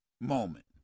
Moment